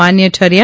માન્ય ઠર્યા